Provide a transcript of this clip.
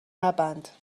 نبند